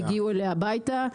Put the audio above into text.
והגיעו אליה הביתה.